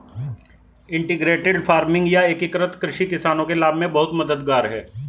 integrated farming या एकीकृत कृषि किसानों के लाभ में बहुत मददगार है